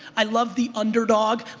i love the underdog.